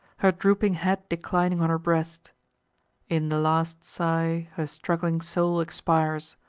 her drooping head declining on her breast in the last sigh her struggling soul expires,